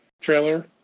trailer